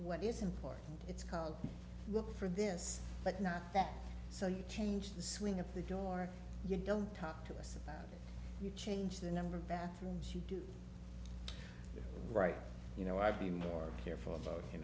what is important it's called look for this but not that so you change the swing of the door you don't talk to us about it you change the number of bathrooms you do the right you know i'd be more careful about you